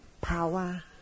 power